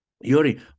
Yuri